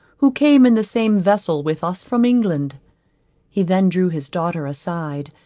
who came in the same vessel with us from england he then drew his daughter aside,